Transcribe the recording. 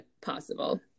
possible